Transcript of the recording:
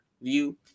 view